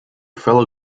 fellow